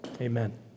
Amen